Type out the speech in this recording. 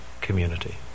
community